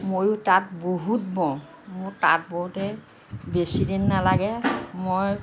ময়ো তাঁত বহুত বওঁ মোৰ তাঁত বওঁতে বেছিদিন নালাগে মই